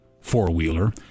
four-wheeler